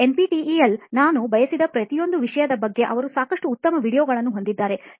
ಈ NPTEL ನಾನು ಬಯಸಿದ ಪ್ರತಿಯೊಂದು ವಿಷಯದ ಬಗ್ಗೆ ಅವರು ಸಾಕಷ್ಟು ಉತ್ತಮ ವೀಡಿಯೊಗಳನ್ನು ಹೊಂದಿದ್ದಾರೆ